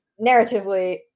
Narratively